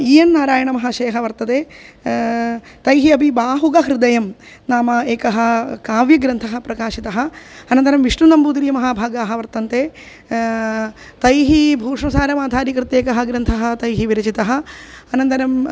इ N नारायणमहाशयः वर्तते तैः अपि बाहुगहृदयं नाम एकः काव्यग्रन्थः प्रकाशितः अनन्तरं विष्णुनम्बूदिरीमहाभागाः वर्तन्ते तैः भूषणसारमाधारीकृत्य एकः ग्रन्थः तैः विरचितः अनन्तरं